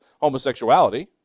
homosexuality